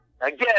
Again